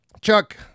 Chuck